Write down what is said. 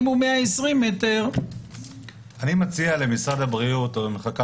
אם הוא 120 מטר --- אני מציע למשרד הבריאות או למחלקה